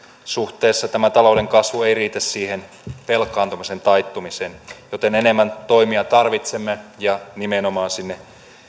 suhteessa tämä talouden kasvu ei riitä siihen velkaantumisen taittumiseen joten enemmän toimia tarvitsemme ja nimenomaan sinne